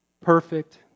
perfect